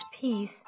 peace